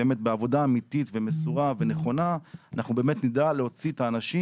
בעבודה אמיתית ומסורה ונכונה אנחנו באמת נדע להוציא את האנשים